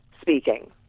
speaking